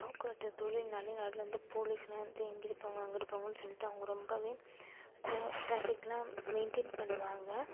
போக்குவரத்து தொழில்னாலே நடுவில் வந்து போலீஸ் எல்லாம் வந்து இங்குட்டு போங்க அங்குட்டு போங்கன்னு சொல்லிட்டு அவங்க ரொம்பவே ட்ராஃப் ட்ராஃபிக் எல்லாம் மெயின்டையின் பண்ணுவாங்க